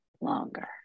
longer